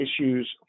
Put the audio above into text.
issues